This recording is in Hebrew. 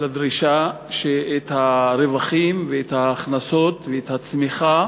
לדרישה שאת הרווחים ואת ההכנסות ואת הצמיחה